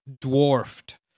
dwarfed